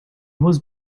was